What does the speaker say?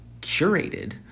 curated